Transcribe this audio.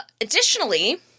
Additionally